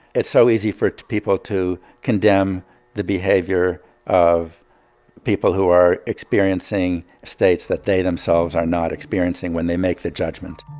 it's so easy for people to condemn the behavior of people who are experiencing states that they themselves are not experiencing when they make the judgment